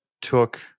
took